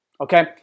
okay